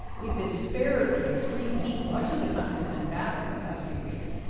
we've been spared the extreme heat much of the country's been battling the past few weeks.